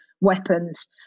weapons